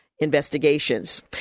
investigations